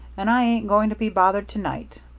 and i ain't going to be bothered to-night